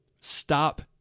stop